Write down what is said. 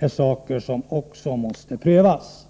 måste också prövas.